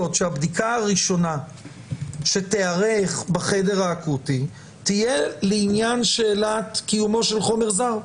שהבדיקה הראשונה שתיערך בחדר האקוטי תהיה לעניין שאלת קיומו של חומר זר.